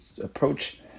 approach